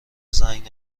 زنگ